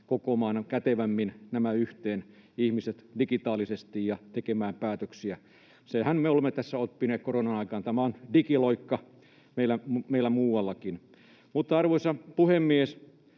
ihmiset kätevämmin yhteen digitaalisesti ja tekemään päätöksiä. Senhän me olemme tässä oppineet korona-aikaan. Tämä on digiloikka meillä muuallakin. Arvoisa puhemies!